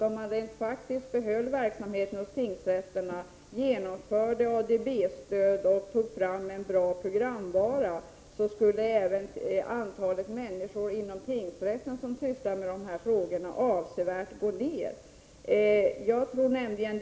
Om man rent faktiskt behöll verksamheterna hos tingsrätterna, genomförde ADB-stöd och tog fram en bra programvara, skulle även antalet människor inom tingsrätterna som sysslar med dessa frågor avsevärt minska.